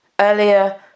Earlier